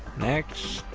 next.